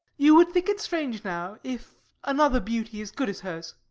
you would think it strange now, if another beauty as good as hers,